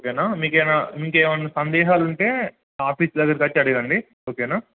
ఓకేనా మీకేనా మీకేమైనా సందేహాలు ఉంటే ఆఫీస్ దగ్గరకోచ్చి అడగండి ఓకేనా